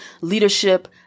leadership